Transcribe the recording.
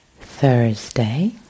Thursday